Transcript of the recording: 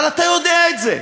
אבל אתה יודע את זה,